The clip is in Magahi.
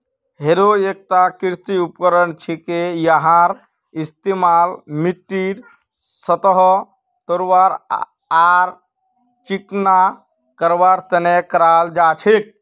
हैरो एकता कृषि उपकरण छिके यहार इस्तमाल मिट्टीर सतहक तोड़वार आर चिकना करवार तने कराल जा छेक